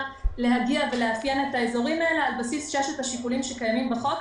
להגיע ולאפיין את האזורים האלה על בסיס ששת השיקולים שקיימים בחוק,